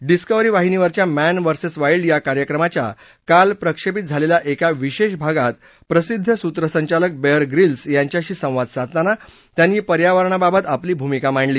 discovery वाहिनीवरच्या man versus wild या कार्यक्रमाच्या काल प्रक्षेपित झालेल्या एका विशेष भागात प्रसिद्ध सूत्रसंघालक बेअर प्रिल्स यांच्याशी संवाद साधताना त्यांनी पर्यावरणाबाबत आपली भूमिका मांडली